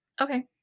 okay